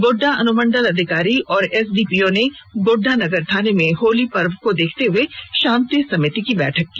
गोड्डा अनुमंडल अधिकारी और एसडीपीओ ने गोड्डा नगर थाने में होली पर्व को देखते हुए शांति समिति की बैठक की